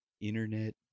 internet